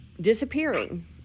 disappearing